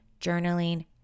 journaling